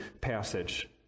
passage